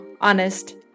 honest